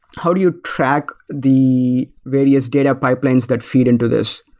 how do you track the various data pipelines that feed into this?